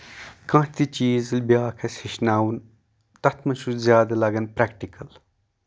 کانٛہہ تہِ چیٖز یُس بیاکھ آسہِ ہیٚچھناون تَتھ منٛز چھُ نہٕ زیادٕ لَگان پرٮ۪کٹِکل